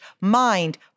Mind